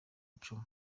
icumu